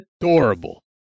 adorable